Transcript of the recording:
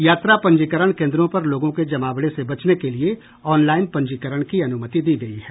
यात्रा पंजीकरण केन्द्रों पर लोगों के जमावड़े से बचने के लिए ऑनलाइन पंजीकरण की अनुमति दी गई है